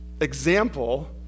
example